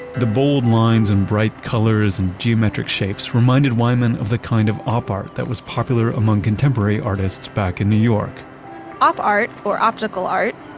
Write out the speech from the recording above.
the bold lines and bright colors and geometric shapes reminded wyman of the kind of op art that was popular among contemporary artists back in new york op art, or optical art,